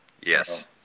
yes